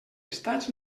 estats